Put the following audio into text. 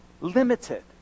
limited